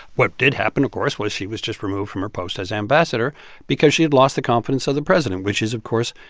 what did happen, of course, was she was just removed from her post as ambassador because she had lost the confidence of the president, which is, of course,